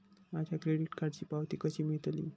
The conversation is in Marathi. माझ्या क्रेडीट कार्डची पावती कशी मिळतली?